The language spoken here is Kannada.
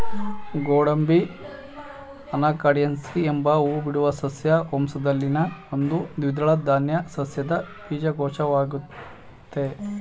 ಗೋಡಂಬಿ ಅನಾಕಾರ್ಡಿಯೇಸಿ ಎಂಬ ಹೂಬಿಡುವ ಸಸ್ಯ ವಂಶದಲ್ಲಿನ ಒಂದು ದ್ವಿದಳ ಧಾನ್ಯ ಸಸ್ಯದ ಬೀಜಕೋಶವಾಗಯ್ತೆ